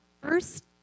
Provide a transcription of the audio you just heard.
First